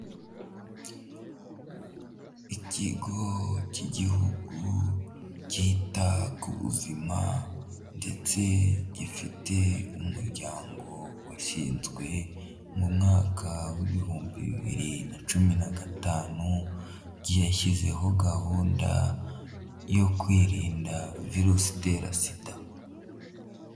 Ikigo cy'igihugu cyita ku buzima ndetse gifite umuryango washinzwe mu mwaka w'ibihumbi bibiri na cumi na gatanu, gishyizeho gahunda yo kwirinda virusi itera sida.